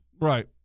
Right